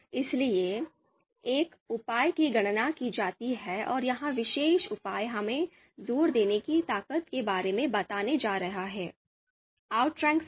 इसलिए एक उपाय की गणना की जाती है और यह विशेष उपाय हमें जोर देने के बारे में बताने जा रहा है 'आउट्रैंक्स बी